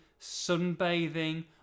sunbathing